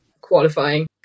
qualifying